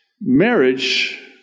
Marriage